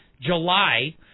July